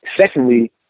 Secondly